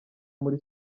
muri